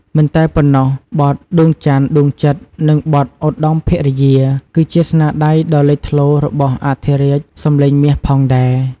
មិនតែប៉ុណ្ណោះ បទ "ដួងច័ន្ទដួងចិត្ត" និងបទ "ឧត្តមភរិយា" ក៏ជាស្នាដៃដ៏លេចធ្លោរបស់អធិរាជសំឡេងមាសផងដែរ។